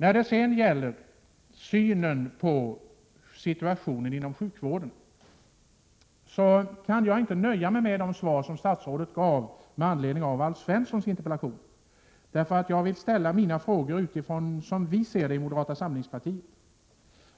När det sedan gäller synen på situationen inom sjukvården kan jag inte nöja mig med de svar som statsrådet gav med anledning av Alf Svenssons interpellation, därför att jag vill ställa mina frågor utifrån den syn vi har i moderata samlingspartiet.